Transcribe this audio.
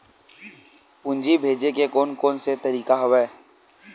पूंजी भेजे के कोन कोन से तरीका हवय?